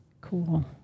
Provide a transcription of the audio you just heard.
cool